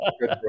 good